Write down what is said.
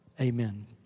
Amen